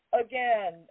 again